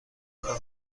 کارم